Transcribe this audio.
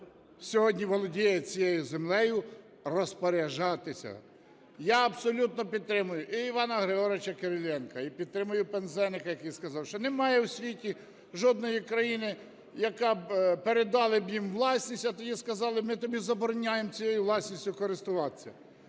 сьогодні володіє цією землею, розпоряджатися. Я абсолютно підтримую і Івана Григоровича Кириленка, і підтримую Пинзеника, який сказав, що немає у світі жодної країни, яка передала б їм у власність, а тоді сказали: ми тобі забороняємо цією власністю користуватися.